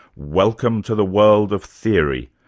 welcome to the world of theory,